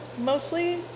mostly